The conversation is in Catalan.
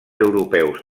europeus